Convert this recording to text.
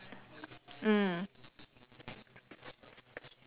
mm